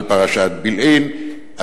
על פרשת בילעין,